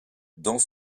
dans